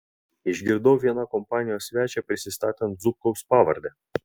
išgirdau vieną kompanijos svečią prisistatant zubkaus pavarde